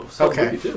Okay